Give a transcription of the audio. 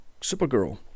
Supergirl